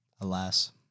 alas